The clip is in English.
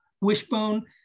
wishbone